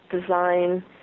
design